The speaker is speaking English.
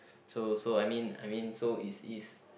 so so I mean I mean so is is